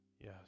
Yes